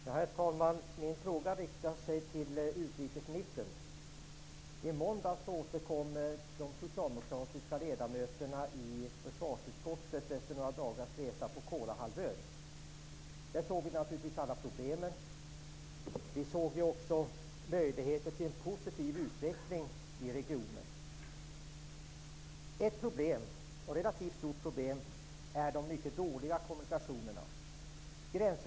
Herr talman! Min fråga riktar sig till utrikesministern. I måndags återkom de socialdemokratiska ledamöterna i försvarsutskottet efter några dagars resa på Kolahalvön, där vi naturligtvis såg alla problem. Men vi såg också möjligheter till en positiv utveckling i regionen. Ett relativt stort problem är de mycket dåliga kommunikationerna.